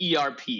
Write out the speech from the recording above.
ERP